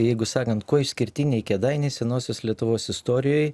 jeigu sakant kuo išskirtiniai kėdainiai senosios lietuvos istorijoj